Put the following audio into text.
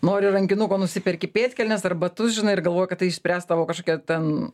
noriu rankinuko nusiperki pėdkelnes arba tu žinai ir galvoji kad tai išspręs tavo kažkokią ten